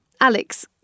Alex